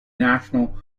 national